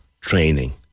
training